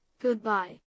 goodbye